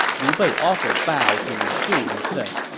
liu bei also bowed to lu su and said,